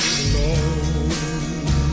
alone